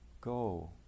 go